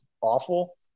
awful